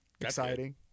exciting